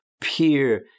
peer